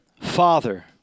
Father